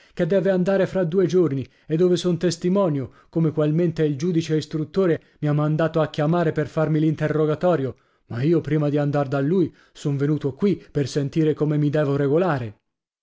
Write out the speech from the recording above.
che deve andare fra due giorni e dove son testimonio come qualmente il giudice istruttore mi ha mandato a chiamare per farmi l'interrogatorio ma io prima di andar da lui son venuto qui per sentire come mi devo regolare